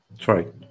Sorry